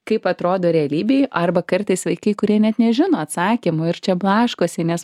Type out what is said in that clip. kaip atrodo realybėj arba kartais vaikai kurie net nežino atsakymų ir čia blaškosi nes